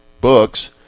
books